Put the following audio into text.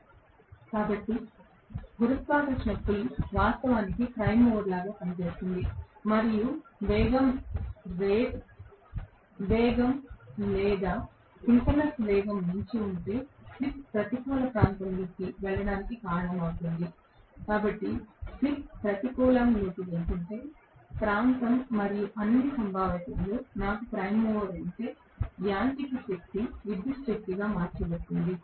కాబట్టి గురుత్వాకర్షణ పుల్ వాస్తవానికి ప్రైమ్ మూవర్ లాగా పనిచేస్తుంది మరియు వేగం రేట్ వేగం లేదా సింక్రోనస్ వేగం మించి ఉంటే స్లిప్ ప్రతికూల ప్రాంతంలోకి వెళ్ళడానికి కారణమవుతుంది మరియు స్లిప్ ప్రతికూలంలోకి వెళుతుంటే ప్రాంతం మరియు అన్ని సంభావ్యతలలో నాకు ప్రైమ్ మూవర్ ఉంటే యాంత్రిక శక్తి విద్యుత్ శక్తిగా మార్చబడుతుంది